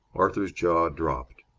arthur's jaw dropped.